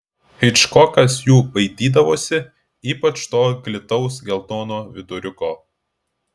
hičkokas jų baidydavosi ypač to glitaus geltono viduriuko